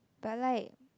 but like